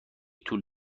طول